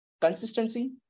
consistency